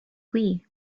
wii